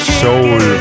soul